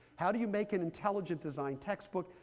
how do you make an intelligent design textbook?